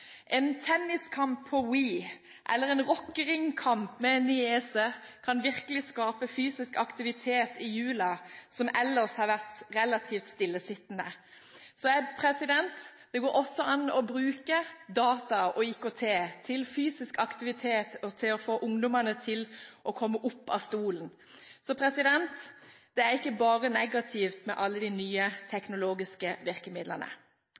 En tenniskamp på Wii eller en rockeringkamp med en niese kan virkelig skape fysisk aktivitet i jula, som ellers har vært relativt stillesittende. Det går også an å bruke data og IKT til fysisk aktivitet og til å få ungdommene til å komme opp av stolen. Så det er ikke bare negativt med alle de nye teknologiske virkemidlene.